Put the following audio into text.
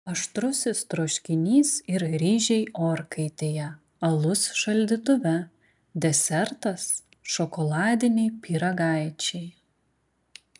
aštrusis troškinys ir ryžiai orkaitėje alus šaldytuve desertas šokoladiniai pyragaičiai